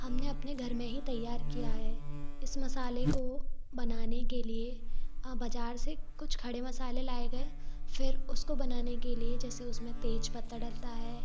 हमने अपने घर में ही तैयार किया है इस मसाले को बनाने के लिए बाज़ार से कुछ खड़े मसाले लाए गए फ़िर उसको बनाने के लिए जैसे उसमें तेजपत्ता डलता है